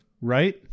Right